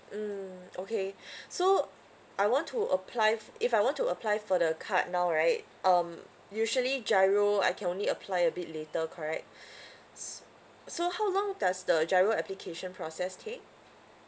mm okay so I want to apply f~ if I want to apply for the card now right um usually GIRO I can only apply a bit later correct s~ so how long does the GIRO application process take